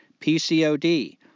PCOD